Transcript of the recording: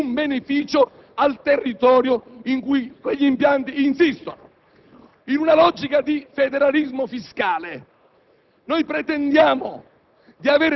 ai quali non deriva alcun beneficio al territorio in cui quegli impianti insistono. In una logica di federalismo fiscale